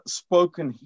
spoken